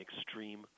extreme